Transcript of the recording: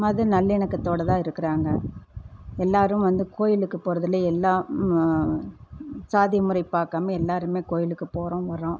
மத நல்லிக்கணத்தோட தான் இருக்குறாங்க எல்லாரும் வந்து கோயிலுக்கு போகிறதுலே எல்லா ஜாதிமுறை பார்க்காம எல்லாருமே கோயிலுக்கு போகிறோம் வரோம்